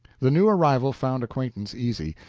the new arrival found acquaintance easy.